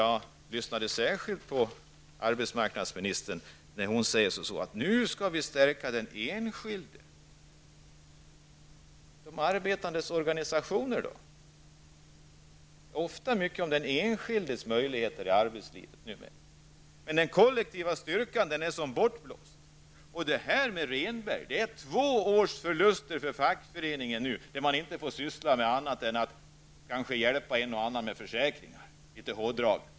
Jag lyssnade här särskilt till arbetsmarknadsministern när hon sade att vi skall stärka den enskildes ställning. Vad gör man för de arbetandes organisationer? Det talas numera mycket om den enskildes möjligheter i arbetslivet, men den kollektiva styrkan är som bortblåst. Resultatet av Rehnbergkommissionens förslag blir två års förluster för fackföreningarna, eftersom de inte får syssla med annat än att kanske hjälpa någon med försäkringar.